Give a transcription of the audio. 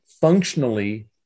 functionally